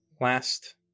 last